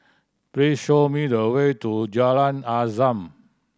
please show me the way to Jalan Azam